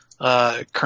Current